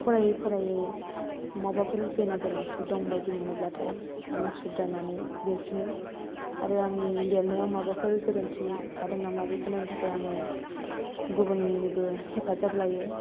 फरायै फरायै माबाफोर गेना गोरोन्थि दंबायदि मोनोब्लाथाय आं सुद्रायनानै लिरफिनो आरो आंनि लिरनायाव माबाफोर गोरोन्थि थादों नामा बेखौ नायनो थाखाय आङो गुबुननिबो हेफाजाब लायो